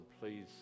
Please